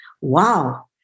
Wow